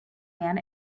man